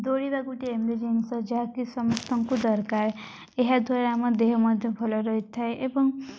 ଦୌଡ଼ିବା ଗୋଟେ ଏମିତି ଜିନିଷ ଯାହାକି ସମସ୍ତଙ୍କୁ ଦରକାର ଏହାଦ୍ୱାରା ଆମ ଦେହ ମଧ୍ୟ ଭଲ ରହିଥାଏ ଏବଂ